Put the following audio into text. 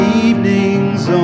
evenings